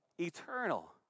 eternal